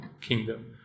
kingdom